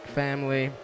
family